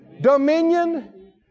Dominion